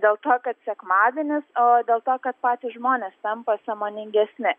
dėl to kad sekmadienis o dėl to kad patys žmonės tampa sąmoningesni